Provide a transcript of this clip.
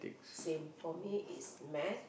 same for me is math